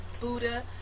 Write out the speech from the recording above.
Buddha